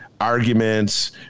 arguments